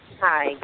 Hi